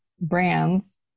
brands